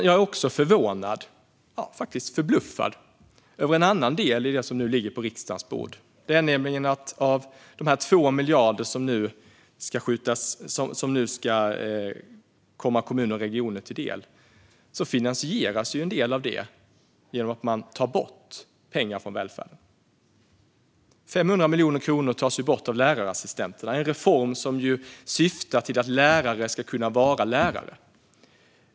Jag är också förvånad och faktiskt förbluffad över en annan del i det som nu ligger på riksdagens bord, nämligen att av de 2 miljarder som nu ska komma kommuner och regioner till del finansieras en del genom att man tar bort pengar från välfärden. 500 miljoner kronor tas bort från lärarassistenterna, en reform som syftar till att lärare ska kunna vara lärare.